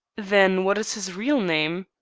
then what is his real name?